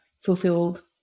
fulfilled